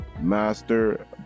master